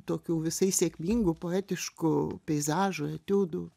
tokių visai sėkmingų poetiškų peizažų etiudų